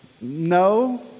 no